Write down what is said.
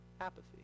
apathy